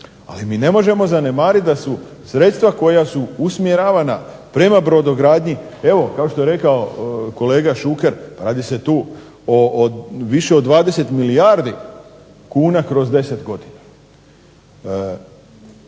Ali, mi ne možemo zanemariti da su sredstva koja su usmjeravana prema brodogradnji, evo kao što je rekao kolega Šuker, radi se tu o više od 20 milijardi kuna kroz 10 godina.